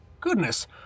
goodness